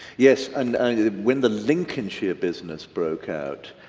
yes, and when the lincolnshire business broke out,